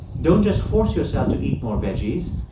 don't just force yourself to eat more veggies,